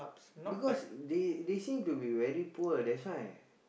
because they they seem to be very poor that's why